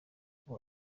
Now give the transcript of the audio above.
kuba